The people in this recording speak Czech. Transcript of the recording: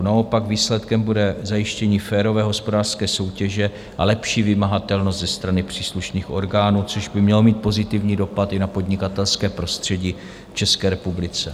Naopak, výsledkem bude zajištění férové hospodářské soutěže a lepší vymahatelnost ze strany příslušných orgánů, což by mělo mít pozitivní dopad i na podnikatelské prostředí v České republice.